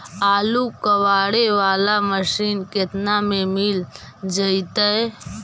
आलू कबाड़े बाला मशीन केतना में मिल जइतै?